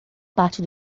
parte